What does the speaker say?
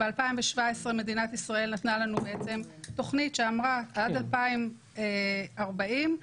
ב-2017 מדינת ישראל נתנה לנו תוכנית שאמרה שעד 2040 אנחנו